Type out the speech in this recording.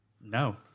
No